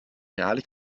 reale